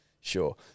sure